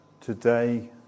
today